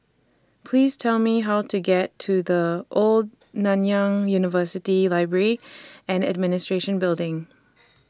Please Tell Me How to get to The Old Nanyang University Library and Administration Building